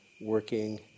working